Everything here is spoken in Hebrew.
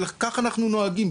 וכך אנחנו נוהגים,